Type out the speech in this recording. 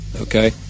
Okay